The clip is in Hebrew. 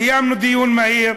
קיימנו דיון מהיר.